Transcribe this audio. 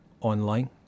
online